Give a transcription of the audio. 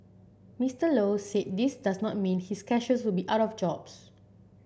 Mister Low said this does not mean his cashiers will be out of jobs